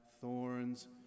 thorns